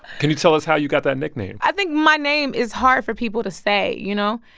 can you tell us how you got that nickname? i think my name is hard for people to say, you know.